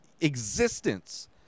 existence